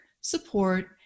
support